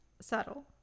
Subtle